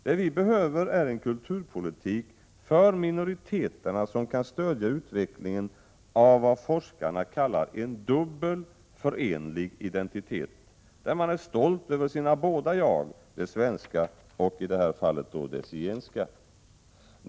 Det vi behöver är en kulturpolitik för minoriteterna som kan stödja utvecklingen av vad forskarna kallar en dubbel, förenlig identitet, där man är stolt över sina båda jag, det svenska och i detta fall det zigenska.